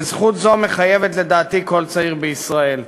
וזכות זו מחייבת, לדעתי, כל צעיר בישראל".